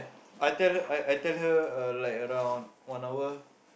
I tell her I tell her uh like around one hour